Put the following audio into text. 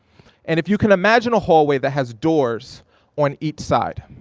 and if you can imagine a hallway that has doors on each side,